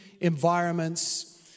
Environments